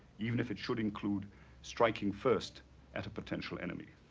even if it should include striking first at a potential enemy.